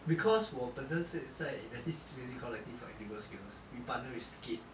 because 我本身是在 there's this music collective called universe scales we partner with scape